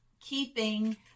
keeping